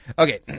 Okay